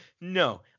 no